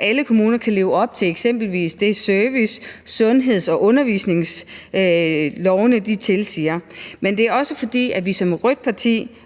alle kommuner kan leve op til eksempelvis det service-, sundheds- og undervisningsniveau, som loven tilsiger, men det gør vi også, fordi vi som rødt parti